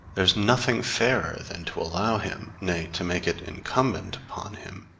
there is nothing fairer than to allow him, nay, to make it incumbent upon him,